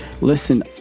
listen